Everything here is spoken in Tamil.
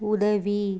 உதவி